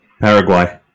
Paraguay